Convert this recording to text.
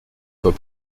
pas